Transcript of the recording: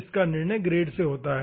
इसका निर्णय ग्रेड से होता है